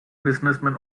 businessmen